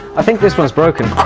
i think this one is broken.